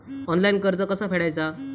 Online कर्ज कसा फेडायचा?